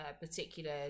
particular